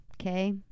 Okay